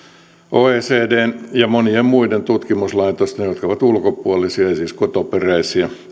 oecdn ja monien muiden tutkimuslaitosten jotka ovat ulkopuolisia eivät siis kotoperäisiä